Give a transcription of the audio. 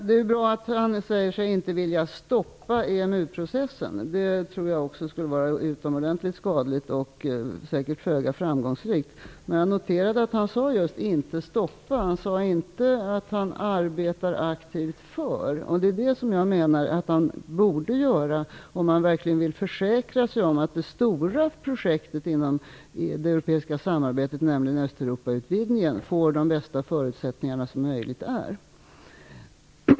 Det är bra att Göran Persson nu säger sig inte vilja stoppa EMU-processen. Det vore utomordentligt skadligt och säkert föga framgångsrikt. Men jag noterade att Göran Persson sade just "inte stoppa" EMU processen. Han sade inte att han arbetar aktivt för EMU. Det menar jag att han borde göra om han verkligen vill försäkra sig om att det stora projektet inom det europeiska samarbetet, nämligen Östeuropautvidgningen, får de bästa förutsättningar som det är möjligt att få.